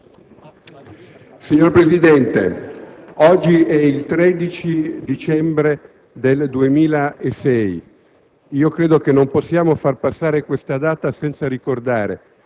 Signor Presidente, oggi è il 13 dicembre 2006. Credo che non possiamo far passare questa data senza ricordare